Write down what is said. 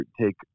take